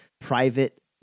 private